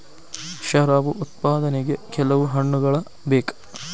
ಶರಾಬು ಉತ್ಪಾದನೆಗೆ ಕೆಲವು ಹಣ್ಣುಗಳ ಬೇಕು